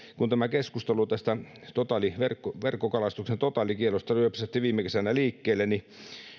kun tämä keskustelu tästä verkkokalastuksen totaalikiellosta ryöpsähti viime kesänä liikkeelle niin